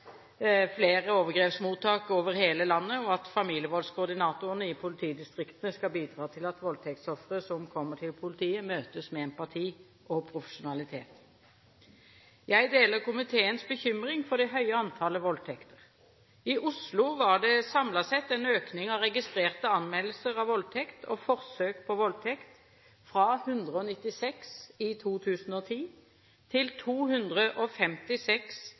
familievoldskoordinatorene i politidistriktene skal bidra til at voldtektsofre som kommer til politiet, møtes med empati og profesjonalitet. Jeg deler komiteens bekymring for det høye antallet voldtekter. I Oslo var det samlet sett en økning av registrerte anmeldelser av voldtekt og forsøk på voldtekt fra 196 i 2010 til 256